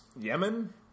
Yemen